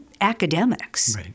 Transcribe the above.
academics